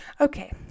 Okay